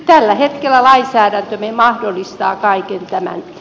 tällä hetkellä lainsäädäntömme mahdollistaa kaiken tämän